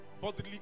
bodily